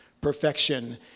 perfection